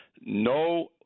no